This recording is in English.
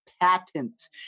patent